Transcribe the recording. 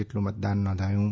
જેટલું મતદાન નોંધાયું છે